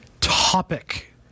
topic